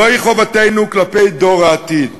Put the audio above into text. זוהי חובתנו כלפי דור העתיד.